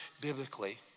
biblically